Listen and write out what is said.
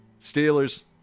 Steelers